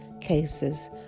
cases